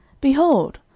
behold,